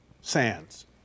Sands